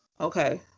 Okay